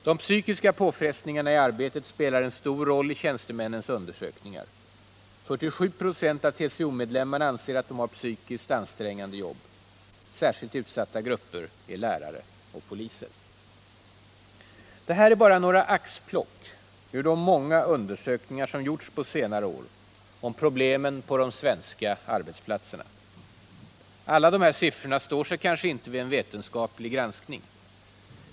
De psykiska påfrestningarna i arbetet spelar en stor roll i tjänstemännens undersökningar. 47 26 av TCO-medlemmarna anser att de har psykiskt ansträngande jobb. Särskilt utsatta grupper är lärare och poliser. Det här var bara några axplock ur de många undersökningar som gjorts på senare år om problemen på de svenska arbetsplatserna. Alla dessa siffror står sig kanske inte vid en vetenskaplig granskning.